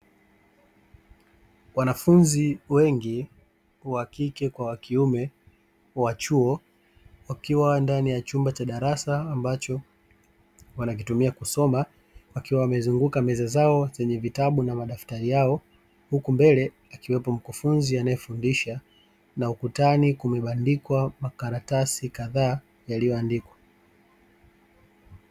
Wanafunzi wengi wa kike kwa kiume wa chuo, wakiwa ndani ya chumba cha darasa ambacho wanakitumia kusoma wakiwa wamezunguka meza zao zenye vitabu na madaftari yao, huku mbele akiwepo mkufunzi anayefundisha na ukutani kumebandikwa makaratasi kadhaa yaliyoandikwa.